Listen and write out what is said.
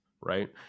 Right